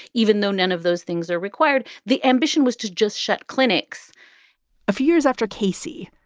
even though none of those things are required the ambition was to just shut clinics a few years after casey,